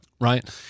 Right